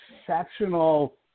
exceptional